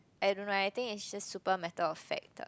I don't know I think it's just super matter of fact ah